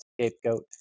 scapegoat